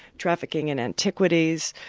trafficking in antiquities,